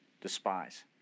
despise